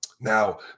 Now